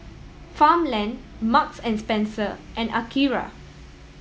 Farmland Marks and Spencer and Akira